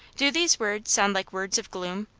do these words sound like words of gloom?